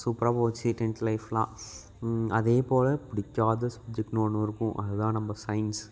சூப்பராக போச்சு டென்த் லைஃப்பெலாம் அதேபோல் பிடிக்காத சப்ஜெக்ட்னு ஒன்று இருக்கும் அது தான் நம்ம சயின்ஸ்